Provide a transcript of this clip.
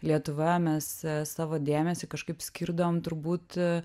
lietuva mes savo dėmesį kažkaip skirdavom turbūt